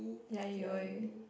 ya you always